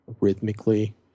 rhythmically